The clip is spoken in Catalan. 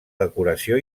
decoració